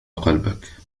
قلبك